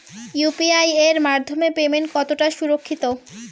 UPI এর মাধ্যমে payment কতটা সুরক্ষিত?